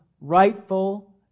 rightful